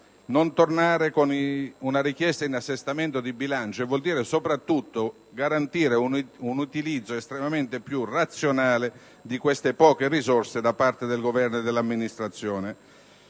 non tornare con una richiesta in assestamento di bilancio e, soprattutto, garantire un utilizzo estremamente più razionale di queste poche risorse da parte del Governo e dell'amministrazione.